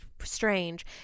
strange